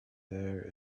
there